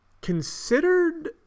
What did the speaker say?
Considered